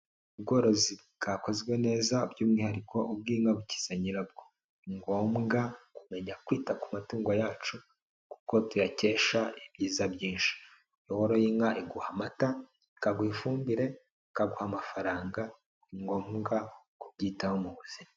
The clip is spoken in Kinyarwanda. Ubworozi bwakozwe neza by'umwihariko ubw'inka bukiza nyirabwo, ni ngombwa kumenya kwita ku matungo yacu kuko tuyakesha ibyiza byinshi, iyo woroye inka iguha amata, ikaguha ifumbire, ikaguha amafaranga ni ngombwa kubyitaho mu buzima.